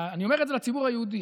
אני אומר את זה לציבור היהודי: